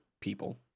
people